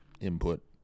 input